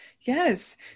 Yes